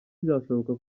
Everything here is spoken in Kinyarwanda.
byashoboka